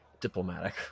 diplomatic